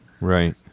Right